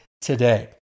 today